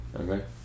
Okay